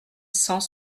cent